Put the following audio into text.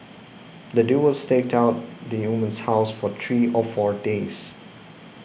the duo was staked out the woman's house for three or four days